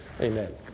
Amen